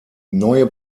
neue